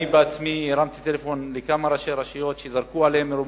אני עצמי הרמתי טלפון לכמה ראשי רשויות שזרקו עליהם רימונים.